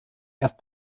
erst